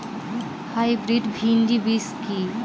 Hybrid ভীন্ডি বীজ কি?